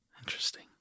Interesting